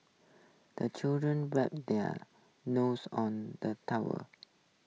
the children wipe their noses on the towel